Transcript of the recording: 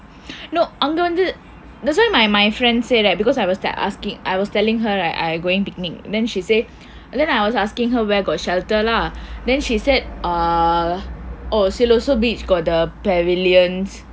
no அங்க வந்து:angka vandthu that's why my my friend say that because I was asking I was telling her I I going picnic then she say then I was asking her where got shelter lah then she said err siloso beach got the pavillion